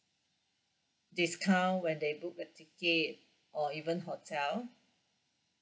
discount when they book the ticket or even hotel